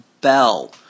Bell